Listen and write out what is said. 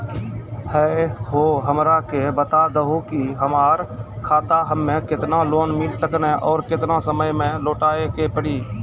है हो हमरा के बता दहु की हमार खाता हम्मे केतना लोन मिल सकने और केतना समय मैं लौटाए के पड़ी?